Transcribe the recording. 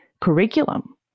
curriculum